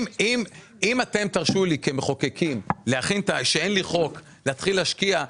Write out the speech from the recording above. אם אתם תרשו לי כמחוקקים כשאי לי חוק להתחיל להשקיע,